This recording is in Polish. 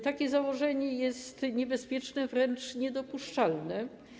Takie założenie jest niebezpieczne, wręcz niedopuszczalne.